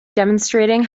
demonstrating